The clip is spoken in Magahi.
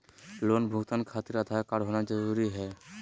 लोन भुगतान खातिर आधार कार्ड होना जरूरी है?